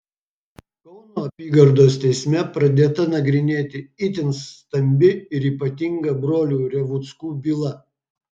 kauno apygardos teisme pradėta nagrinėti itin stambi ir ypatinga brolių revuckų byla